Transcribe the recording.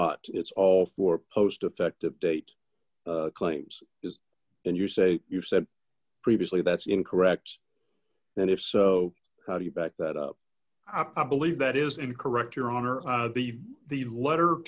and it's all for post effective date claims is and you say you've said previously that's incorrect and if so how do you back that up i believe that is incorrect your honor the the letter